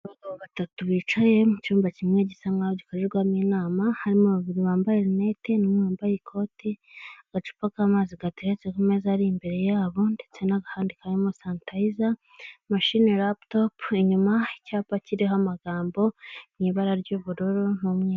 Abagabo batatu bicaye mu cyumba kimwe gisa nk'aho gikorerwamo inama harimo babiri bambaye rinete n'umwe wambaye ikoti agacupa k'amazi gateretse ku meza ari imbere yabo ndetse n'akandi karimo sanitayiza, mashine raputopu, inyuma icyapa kiriho amagambo mu ibara ry'ubururu n'umweru.